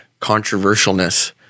controversialness